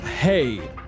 Hey